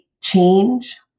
change